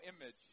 Image